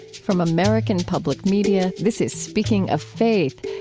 from american public media, this is speaking of faith,